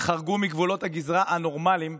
חרגו מגבולות הגזרה הנורמליים.